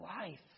life